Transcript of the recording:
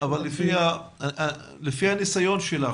אבל לפי הניסיון שלך,